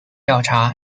调查